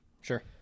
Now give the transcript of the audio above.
Sure